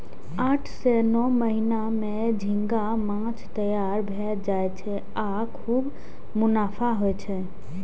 आठ सं नौ महीना मे झींगा माछ तैयार भए जाय छै आ खूब मुनाफा होइ छै